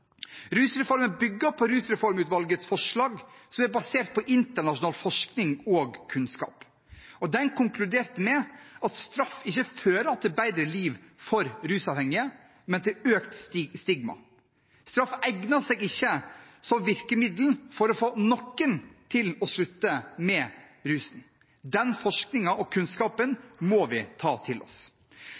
Rusreformen bygger på rusreformutvalgets forslag, som er basert på internasjonal forskning og kunnskap. De konkluderte med at straff ikke fører til et bedre liv for rusavhengige, men til økt stigma. Straff egner seg ikke som virkemiddel for å få noen til å slutte med rusen. Den forskningen og kunnskapen må vi ta til oss.